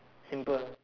simple